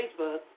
Facebook